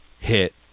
hit